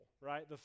right